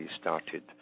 started